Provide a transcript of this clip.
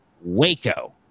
Waco